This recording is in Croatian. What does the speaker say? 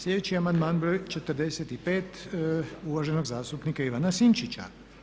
Sljedeći amandman broj 45. uvaženog zastupnika Ivana Sinčića.